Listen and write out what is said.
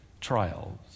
trials